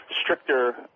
stricter